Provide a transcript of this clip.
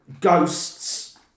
Ghosts